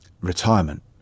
retirement